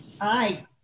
Hi